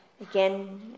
again